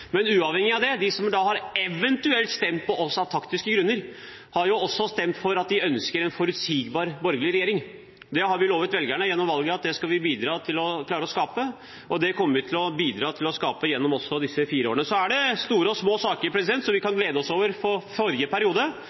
Men uavhengig av det: De som eventuelt har stemt på oss av taktiske grunner, har jo også stemt for at de ønsker en forutsigbar, borgerlig regjering. Vi lovet velgerne gjennom valget at det skulle vi bidra til å skape, og det kommer vi til å bidra til å skape også gjennom disse fire årene. Det er store og små saker som vi kan glede oss over fra forrige periode.